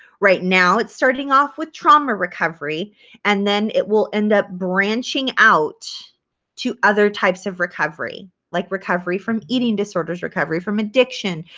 right now, it's starting off with trauma recovery and then it will end up branching out to other types of recovery like recovery from eating disorders, recovery from addiction,